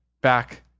back